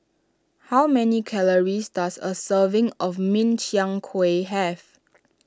how many calories does a serving of Min Chiang Kueh have